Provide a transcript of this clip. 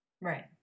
right